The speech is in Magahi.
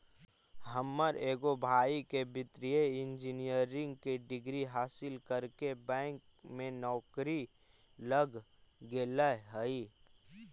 हमर एगो भाई के वित्तीय इंजीनियरिंग के डिग्री हासिल करके बैंक में नौकरी लग गेले हइ